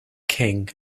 king